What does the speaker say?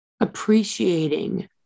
appreciating